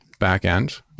backend